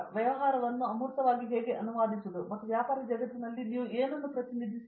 ವ್ಯವಹಾರವನ್ನು ಅಮೂರ್ತವಾಗಿ ಹೇಗೆ ಅನುವಾದಿಸುವುದು ಮತ್ತು ವ್ಯಾಪಾರ ಜಗತ್ತಿನಲ್ಲಿ ನೀವು ಹೇಗೆ ಪ್ರತಿನಿಧಿಸಲು ಹೋಗುತ್ತೀರಿ